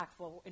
impactful